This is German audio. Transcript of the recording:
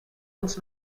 uns